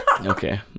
Okay